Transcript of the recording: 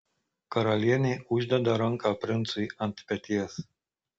karalienė uždeda ranką princui ant peties